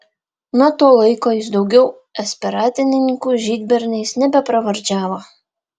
nuo to laiko jis daugiau esperantininkų žydberniais nebepravardžiavo